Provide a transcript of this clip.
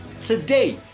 Today